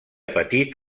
patit